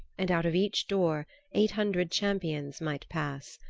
and out of each door eight hundred champions might pass.